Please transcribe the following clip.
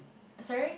sorry